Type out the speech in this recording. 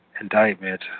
indictment